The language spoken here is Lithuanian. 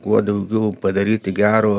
kuo daugiau padaryti gero